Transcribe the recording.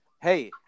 Hey